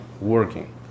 working